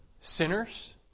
sinners